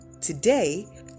Today